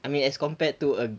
I mean as compared to a